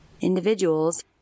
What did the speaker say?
individuals